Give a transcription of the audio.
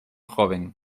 joven